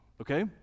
okay